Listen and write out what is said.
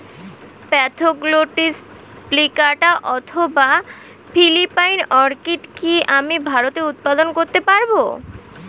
Spathoglottis plicata অথবা Philippine orchid কি আমি ভারতে উৎপাদন করতে পারবো?